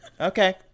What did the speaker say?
Okay